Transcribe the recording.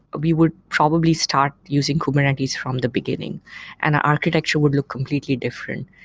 we would probably start using kubernetes from the beginning and our architecture would look completely different.